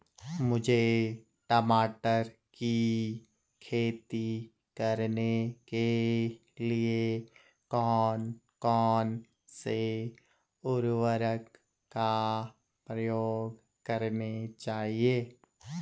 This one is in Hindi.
मुझे मटर की खेती करने के लिए कौन कौन से उर्वरक का प्रयोग करने चाहिए?